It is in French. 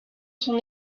son